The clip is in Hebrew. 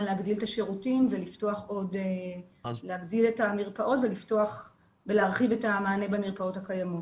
להגדיל את המרפאות ולהרחיב את המענה במרפאות הקיימות.